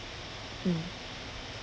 mm